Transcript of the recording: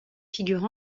figures